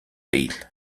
değil